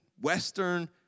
Western